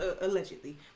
allegedly